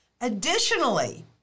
Additionally